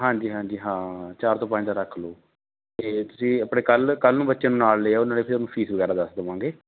ਹਾਂਜੀ ਹਾਂਜੀ ਹਾਂ ਚਾਰ ਤੋਂ ਪੰਜ ਦਾ ਰੱਖ ਲਓ ਅਤੇ ਤੁਸੀਂ ਆਪਣੇ ਕੱਲ੍ਹ ਕੱਲ੍ਹ ਨੂੰ ਬੱਚਿਆਂ ਨੂੰ ਨਾਲ ਲਿਆਓ ਨਾਲੇ ਫਿਰ ਫੀਸ ਵਗੈਰਾ ਦੱਸ ਦੇਵਾਂਗੇ